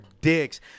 dicks